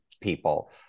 people